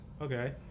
Okay